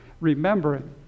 remembering